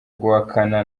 guhakana